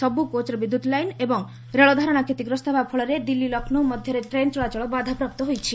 ସବୁ କୋଚ୍ର ବିଦ୍ୟୁତ୍ ଲାଇନ୍ ଏବଂ ରେଳ ଧାରଣା କ୍ଷତିଗ୍ରସ୍ତ ହେବା ଫଳରେ ଦିଲ୍ଲୀ ଲକ୍ଷ୍ମୌ ମଧ୍ୟରେ ଟ୍ରେନ୍ ଚଳାଚଳ ବାଧାପ୍ରାପ୍ତ ହୋଇଛି